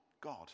God